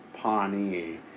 Pawnee